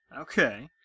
Okay